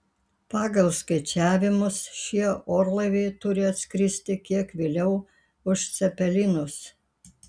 pagal skaičiavimus šie orlaiviai turi atskristi kiek vėliau už cepelinus